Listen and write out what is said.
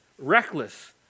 reckless